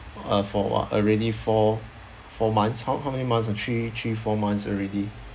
uh for what already four four months how how many months ah three three four months already